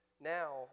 now